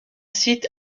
site